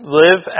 live